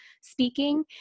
speaking